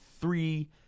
three